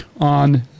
on